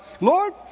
Lord